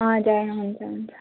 हजुर हुन्छ हुन्छ